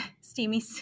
steamy